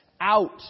out